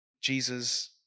Jesus